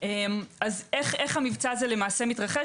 איך המבצע מתרחש